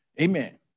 Amen